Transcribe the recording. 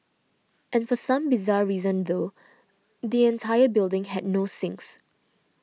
and for some bizarre reason though the entire building had no sinks